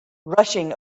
rushing